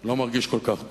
לא מרגיש כל כך טוב.